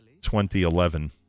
2011